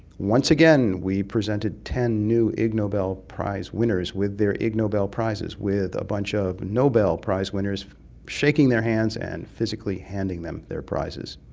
once again we presented ten new ig nobel prize winners with their ig nobel prizes, with a bunch of nobel prize winners shaking their hands and physically handing them their prizes.